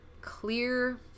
clear